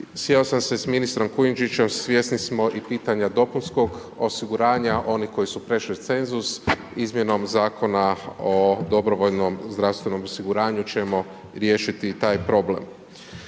Sjeo sam se s ministrom Kujundžićem, svjesni smo i pitanja dopunskog osiguranja, oni koji su prešli cenzus izmjenom zakona o dobrovoljnom zdravstvenom osiguranju ćemo riješiti i taj problem.